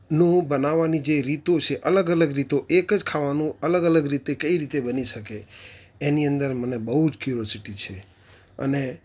નું બનવાની જે રીતો છે અલગ અલગ રીતો એક જ ખાવાનું અલગ અલગ રીતે કઈ રીતે બની શકે એની અંદર મને બહુ જ ક્યુરોસિટી છે અને